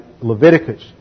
Leviticus